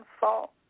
fault